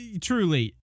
truly